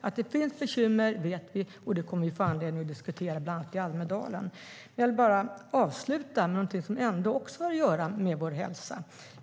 Att det finns bekymmer vet vi. Det kommer vi att få anledning att diskutera bland annat i Almedalen. Jag vill avsluta med något som också har att göra med vår hälsa.